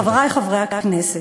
חברי חברי הכנסת,